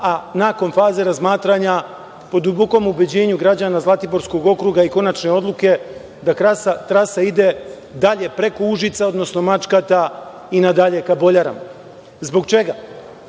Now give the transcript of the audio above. a nakon faze razmatranja, po dubokom ubeđenju građana Zlatiborskog okruga, i konačne odluke da trasa ide dalje preko Užica, odnosno Mačkata i na dalje ka Boljarama. Zbog čega?